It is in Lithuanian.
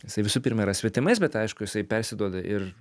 jisai visų pirma yra svetimais bet aišku jisai persiduoda ir